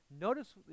Notice